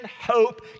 hope